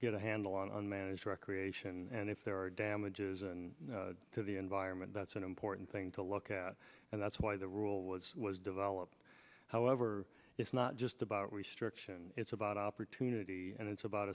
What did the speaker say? get a handle on matters recreation and if there are damages and to the environment that's an important thing to look at and that's why the rule was developed however it's not just about restriction it's about opportunity and it's about